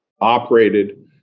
operated